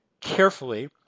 carefully